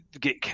get